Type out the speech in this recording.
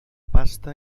pasta